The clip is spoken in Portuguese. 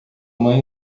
mãe